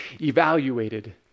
evaluated